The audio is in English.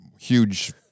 huge